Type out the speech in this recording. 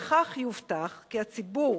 בכך יובטח כי הציבור